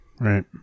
Right